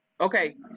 Okay